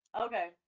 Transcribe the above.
Okay